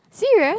serious